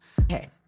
Okay